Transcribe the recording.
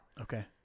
Okay